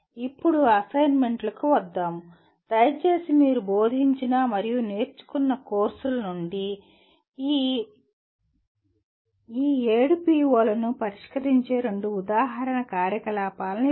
ఇప్పుడు అసైన్మెంట్లకు వద్దాము దయచేసి మీరు బోధించిన మరియు నేర్చుకున్న కోర్సుల నుండి ఈ 7 పిఒలను పరిష్కరించే రెండు ఉదాహరణ కార్యకలాపాలను ఇవ్వండి